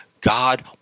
God